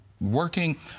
working